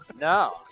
No